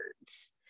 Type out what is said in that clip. words